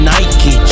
Nike